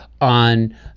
on